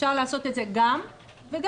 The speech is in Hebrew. אפשר לעשות את זה גם וגם,